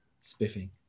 Spiffing